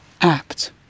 apt